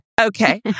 Okay